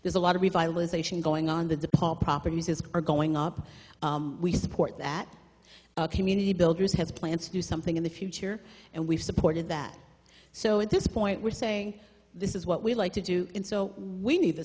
there's a lot of revitalization going on the deposit property uses are going up we support that community builders has plans to do something in the future and we've supported that so at this point we're saying this is what we like to do and so we need t